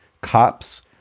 Cops